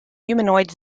humanoid